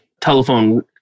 telephone